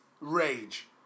rage